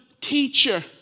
teacher